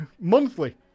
monthly